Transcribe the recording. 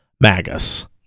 Magus